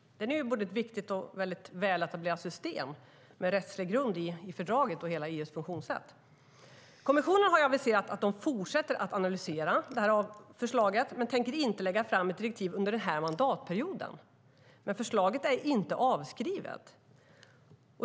Den är både viktig och ett väletablerat system med rättslig grund i fördraget och hela EU:s funktionssätt. Kommissionen har aviserat att de fortsätter att analysera förslaget men att de inte tänker lägga fram ett direktiv under denna mandatperiod. Förslaget är dock inte avskrivet.